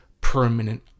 permanent